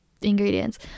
ingredients